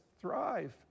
thrive